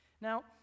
Now